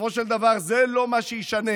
ובסופו של דבר לא זה מה שישנה.